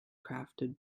crafted